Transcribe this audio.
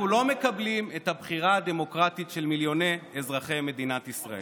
אנחנו לא מקבלים את הבחירה הדמוקרטית של מיליוני אזרחי מדינת ישראל.